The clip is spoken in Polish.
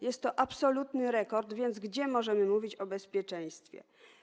Jest to absolutny rekord, więc gdzie możemy mówić o bezpieczeństwie?